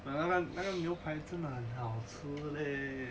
那那边那个真的好吃 leh